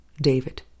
David